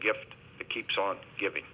gift that keeps on giving